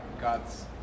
God's